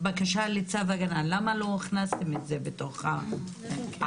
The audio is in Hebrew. בקשה לצו הגנה, למה לא הכנסתם את זה לתוך העדיפות?